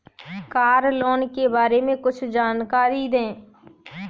Car loan के बारे में कुछ जानकारी दें?